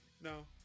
No